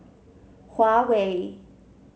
Huawei